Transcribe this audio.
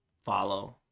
follow